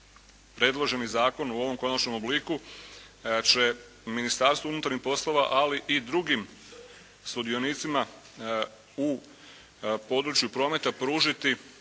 predloženi zakon u ovom konačnom obliku će Ministarstvu unutarnjih poslova, ali i drugim sudionicima u području prometa pružiti